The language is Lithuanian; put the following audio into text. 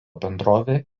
bendrovė